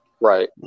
right